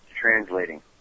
translating